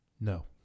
No